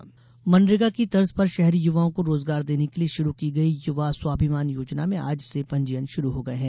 युवा स्वाभिमान योजना मनरेगा की तर्ज पर शहरी युवाओं को रोजगाार देने के लिये शुरू की गई युवा स्वाभिमान योजना में आज से पंजीयन शुरू हो गये हैं